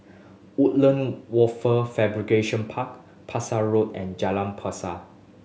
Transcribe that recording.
Woodland Wafer Fabrication Park Pasak Road and Jalan Pasa